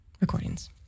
recordings